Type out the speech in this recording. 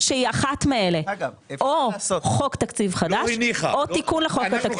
שהיא אחת מאלה: או חוק תקציב חדש או תיקון לחוק התקציב.